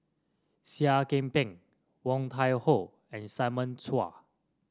Seah Kian Peng Woon Tai Ho and Simon Chua